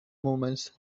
moments